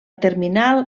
terminal